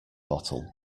bottle